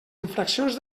infraccions